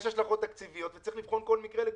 יש השלכות תקציביות וצריך לבחון כל מקרה לגופו.